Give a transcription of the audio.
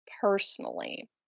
personally